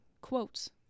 quotes